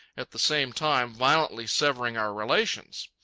at the same time violently severing our relations.